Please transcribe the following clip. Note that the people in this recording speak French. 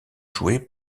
joué